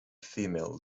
female